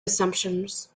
assumptions